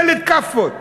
ילד כאפות.